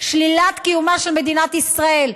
שלילת קיומה של מדינת ישראל,